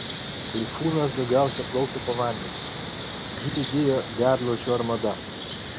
taifūnas daugiausia plaukė po vandeniu jį lydėjo ledlaužių armada